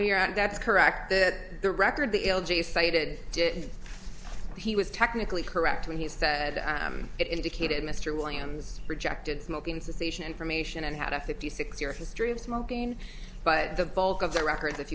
that's correct that the record the l j cited didn't he was technically correct when he said it indicated mr williams rejected smoking cessation information and had a fifty six year history of smoking but the bulk of the records if